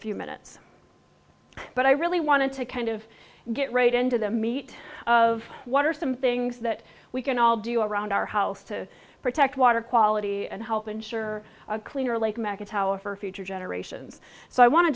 few minutes but i really wanted to kind of get right into the meat of what are some things that we can all do you around our house to protect water quality and help ensure a cleaner like macca tower for future generations so i want to